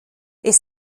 hier